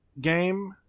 game